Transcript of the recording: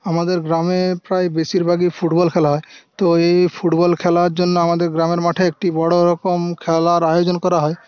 আমাদের গ্রামে প্রায় বেশিরভাগই ফুটবল খেলা হয় তো এই ফুটবল খেলার জন্য আমাদের গ্রামের মাঠে একটি বড় রকম খেলার আয়োজন করা হয়